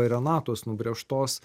renatos nubrėžtos